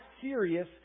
serious